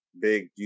big